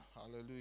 Hallelujah